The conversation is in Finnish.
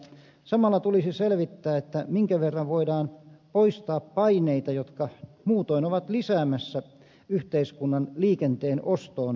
samalla tulisi selvittää minkä verran voidaan poistaa paineita jotka muutoin ovat lisäämässä yhteiskunnan liikenteen ostoon meneviä varoja